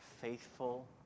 faithful